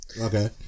Okay